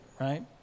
right